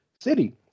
city